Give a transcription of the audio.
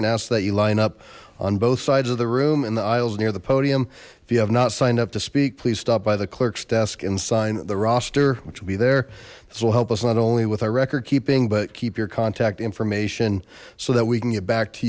and ask that you line up on both sides of the room in the aisles near the podium if you have not signed up to speak please stop by the clerk's desk and sign the roster which will be there this will help us not only with our record keeping but keep your contact information so that we can get back to